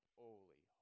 holy